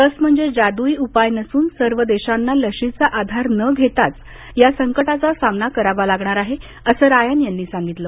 लस म्हणजे जादुई उपाय नसून सर्व देशांना लशीचा आधार न घेताच या संकटाचा सामना करावा लागणार आहे असं रायन यांनी सांगितलं